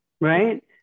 right